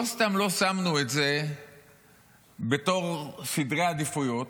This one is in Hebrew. לא סתם לא שמנו את זה בתור סדרי עדיפויות,